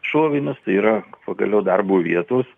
šovinius tai yra pagaliau darbo vietos